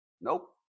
Nope